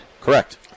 Correct